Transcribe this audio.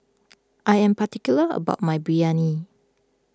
I am particular about my Biryani